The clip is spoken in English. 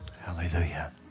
Hallelujah